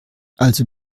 also